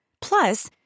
Plus